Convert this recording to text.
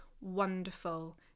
wonderful